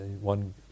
one